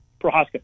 Prohaska